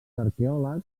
arqueòlegs